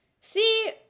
See